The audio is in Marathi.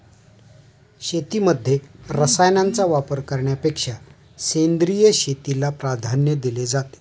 शेतीमध्ये रसायनांचा वापर करण्यापेक्षा सेंद्रिय शेतीला प्राधान्य दिले जाते